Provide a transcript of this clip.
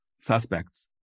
suspects